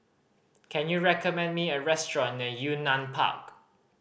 can you recommend me a restaurant near Yunnan Park